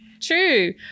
true